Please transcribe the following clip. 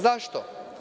Zašto?